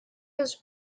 his